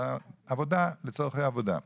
אלא לצרכי עבודה.